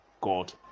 God